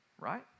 Right